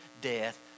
death